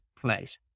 place